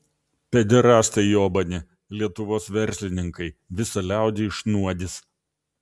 pederastai jobani lietuvos verslininkai visą liaudį išnuodys